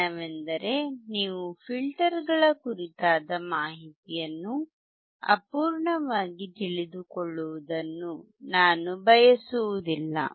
ಕಾರಣವೆಂದರೆ ನೀವು ಫಿಲ್ಟರ್ಗಳ ಕುರಿತಾದ ಮಾಹಿತಿಯನ್ನು ಅಪೂರ್ಣವಾಗಿ ತಿಳಿದುಕೊಳ್ಳುವುದನ್ನು ನಾನು ಬಯಸುವುದಿಲ್ಲ